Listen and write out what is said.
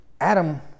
Adam